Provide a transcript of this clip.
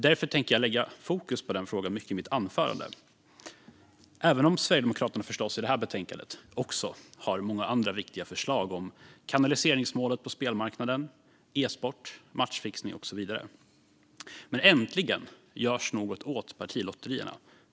Därför tänker jag lägga fokus på den frågan i mitt anförande, även om Sverigedemokraterna i betänkandet förstås också har många andra viktiga förslag. Det gäller kanaliseringsmålet på spelmarknaden, e-sport, matchfixning och så vidare. Fru talman! Äntligen görs något åt partilotterierna!